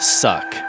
suck